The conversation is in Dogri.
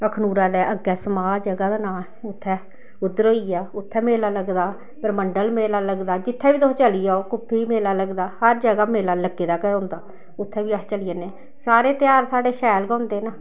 अखनूरा दे अग्गें समाह् ज'गा दा नांऽ ऐ उत्थै उद्धर होई गेआ उत्थै मेला लग्गदा परमंडल मेला लग्गदा जित्थै बी तुस चली जाओ कुप्पी बी मेला लगदा हर ज'गा मेला लग्गे दा गै होंदा उत्थै बी अस चली जन्नें सारे तेहार साढ़े शैल गै होंदे न